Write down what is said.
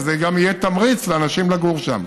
וזה גם יהיה תמריץ לאנשים לגור שם.